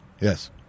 Yes